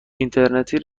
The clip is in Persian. اینترنتی